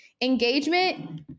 Engagement